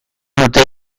dute